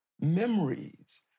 memories